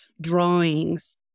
drawings